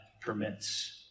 permits